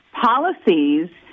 policies